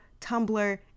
Tumblr